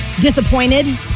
disappointed